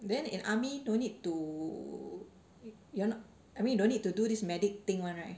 then in army don't need to you know I mean don't need to do this medic thing [one] right